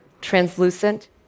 translucent